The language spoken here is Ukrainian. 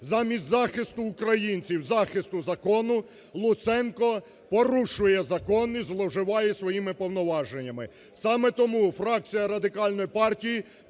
Замість захисту українців, захисту закону Луценко порушує закон і зловживає своїми повноваженнями. Саме тому фракція Радикальної партії